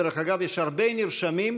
דרך אגב, יש הרבה נרשמים.